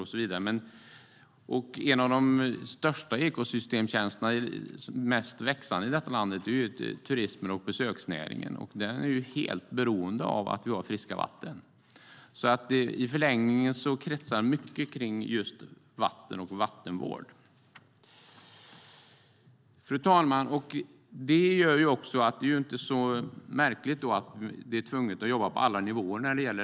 En av de största och mest växande ekosystemtjänsterna i vårt land är turismen och besöksnäringen. Den är helt beroende av friska vattendrag. I förlängningen kretsar mycket runt vatten och vattenvård. Fru talman! Det är inte så märkligt att det är tvunget att jobba på alla nivåer.